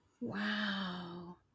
Wow